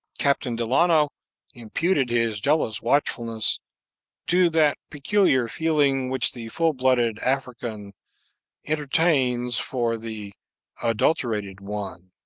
captain delano imputed his jealous watchfulness to that peculiar feeling which the full-blooded african entertains for the adulterated one.